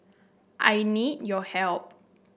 I need your help